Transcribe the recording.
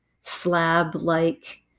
slab-like